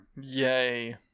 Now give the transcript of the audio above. Yay